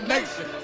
Nation